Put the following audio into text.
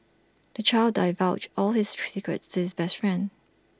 the child divulged all his to his best friend